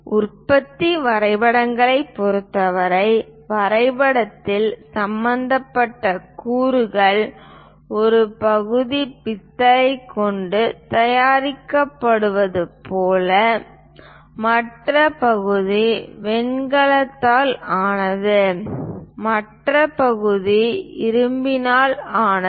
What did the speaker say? உற்பத்தி வரைபடங்களைப் பொறுத்தவரை வரைபடத்தில் சம்பந்தப்பட்ட கூறுகள் ஒரு பகுதி பித்தளைக் கொண்டு தயாரிக்கப்படுவது போல மற்ற பகுதி வெண்கலத்தால் ஆனது மற்ற பகுதி இரும்பினால் ஆனது